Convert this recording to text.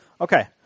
Okay